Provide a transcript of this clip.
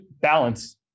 balance